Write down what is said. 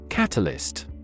Catalyst